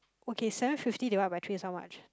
okay seven fifty divide by three is how much